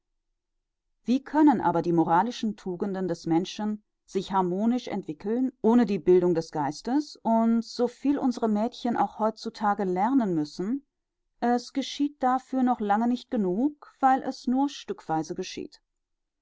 wie können aber die moralischen tugenden des menschen sich harmonisch entwickeln ohne die bildung des geistes und so viel unsere mädchen auch heut zu tage lernen müssen es geschieht dafür noch lange nicht genug weil es nur stückweise geschieht